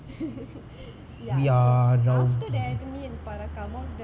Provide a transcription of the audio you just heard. ya after that me and pradap come home